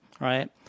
Right